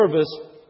service